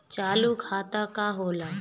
चालू खाता का होला?